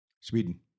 Sweden